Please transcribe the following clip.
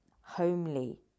homely